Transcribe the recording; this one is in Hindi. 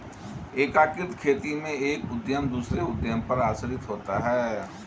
एकीकृत खेती में एक उद्धम दूसरे उद्धम पर आश्रित होता है